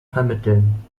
vermitteln